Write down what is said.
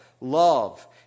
Love